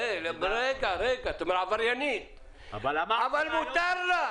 אמרת עבריינית, אבל מותר לה.